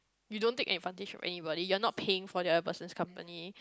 you don't take advantage of anybody you're not paying for the other person's company